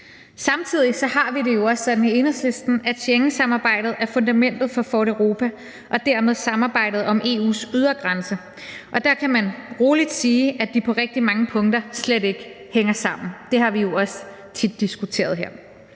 Samtidig har vi det også sådan i Enhedslisten, at Schengensamarbejdet er fundamentet for Fort Europa og dermed samarbejdet om EU's ydre grænser. Og der kan man roligt sige, at det på rigtig mange punkter slet ikke hænger sammen – det har vi jo også tit diskuteret her.